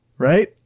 Right